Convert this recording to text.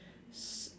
s~